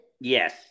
Yes